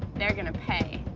they're gonna pay.